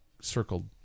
circled